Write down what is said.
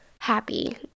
happy